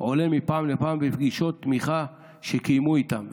עולה מפעם לפעם בפגישות תמיכה שקיימו איתם,